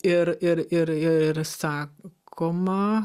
ir ir ir ir sakoma